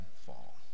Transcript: fall